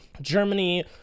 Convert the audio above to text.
Germany